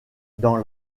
dans